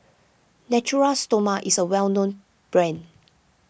Natura Stoma is a well known brand